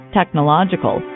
technological